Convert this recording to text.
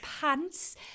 pants